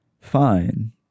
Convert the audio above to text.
fine